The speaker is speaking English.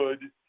good